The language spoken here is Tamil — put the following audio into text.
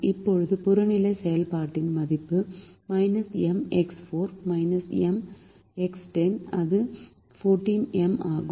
இப்போது புறநிலை செயல்பாட்டின் மதிப்பு இது 14M ஆகும்